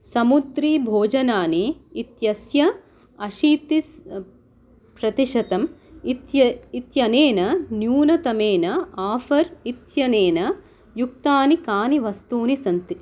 समुद्रीभोजनानि इत्यस्य अशीति प्रतिशतं इत्यनेन न्यूनतमेन आफ़र् इत्यनेन युक्तानि कानि वस्तूनि सन्ति